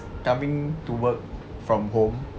coming to work from home